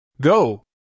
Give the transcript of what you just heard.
Go